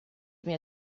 mir